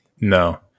No